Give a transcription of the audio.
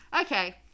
Okay